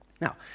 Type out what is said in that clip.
Now